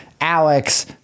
Alex